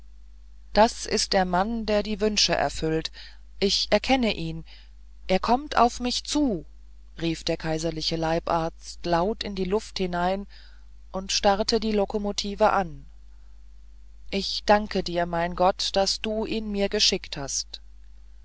das ist der mann der die wünsche erfüllt ich erkenne ihn er kommt auf mich zu rief der kaiserliche leibarzt laut in die luft hinein und starrte die lokomotive an ich danke dir mein gott daß du ihn mir geschickt hast